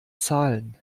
zahlen